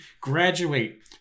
graduate